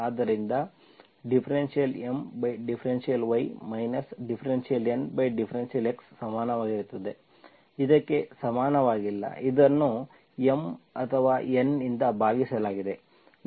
ಆದ್ದರಿಂದ ∂M∂y ∂N∂x ಸಮಾನವಾಗಿರುತ್ತದೆ ಇದಕ್ಕೆ ಸಮಾನವಾಗಿಲ್ಲ ಇದನ್ನು M ಅಥವಾ N ನಿಂದ ಭಾಗಿಸಲಾಗಿದೆ